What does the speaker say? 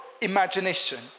imagination